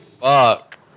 Fuck